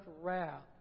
wrath